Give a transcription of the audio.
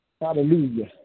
Hallelujah